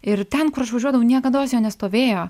ir ten kur aš važiuodavau niekados jo nestovėjo